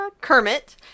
Kermit